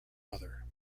mother